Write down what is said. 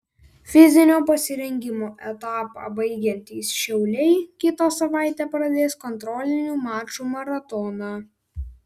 fizinio pasirengimo etapą baigiantys šiauliai kitą savaitę pradės kontrolinių mačų maratoną